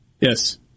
Yes